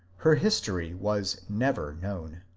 her history was never known.